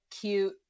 cute